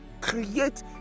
create